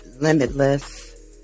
limitless